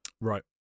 Right